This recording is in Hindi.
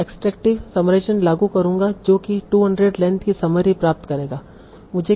मैं एक्सट्रैक्टिव समराइजेशन लागू करूंगा जो कि 200 लेंथ की समरी प्राप्त करेगा